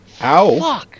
Ow